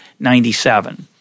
97